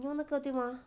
你用那个对 mah